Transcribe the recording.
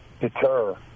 deter